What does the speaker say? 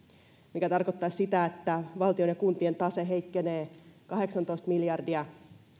mikä tarkoittaisi sitä että valtion ja kuntien tase heikkenee kahdeksantoista miljardia